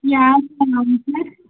yeah sir అవును sir